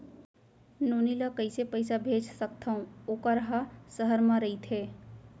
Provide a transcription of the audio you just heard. नोनी ल कइसे पइसा भेज सकथव वोकर ह सहर म रइथे?